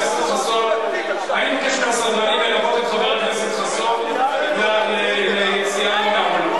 אני מבקש מהסדרנים ללוות את חבר הכנסת חסון ליציאה מהאולם.